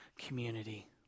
community